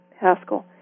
Haskell